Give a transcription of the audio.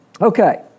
Okay